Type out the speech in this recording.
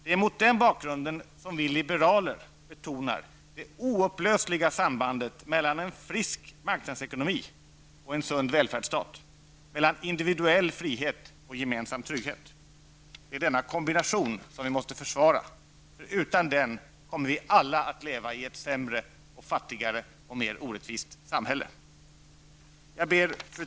Det är mot den bakgrunden som vi liberaler betonar det oupplösliga sambandet mellan en frisk marknadsekonomi och en sund välfärdsstat, mellan individuell frihet och gemensam trygghet. Det är denna kombination som vi måste försvara. Utan den kommer vi alla att leva i ett sämre, fattigare och mer orättvist samhälle. Fru talman!